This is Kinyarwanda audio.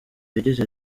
yagize